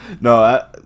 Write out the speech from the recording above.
No